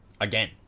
again